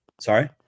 sorry